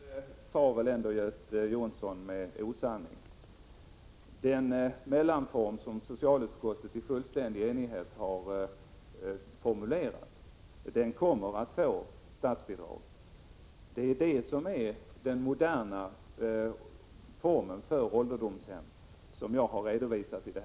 Herr talman! Nu far väl ändå Göte Jonsson med osanning. Den mellanform som socialutskottet i fullständig enighet har uttalat sig för kommer att få statsbidrag. Den kommer att utgöra den moderna form av ålderdomshem som jag har redovisat i svaret.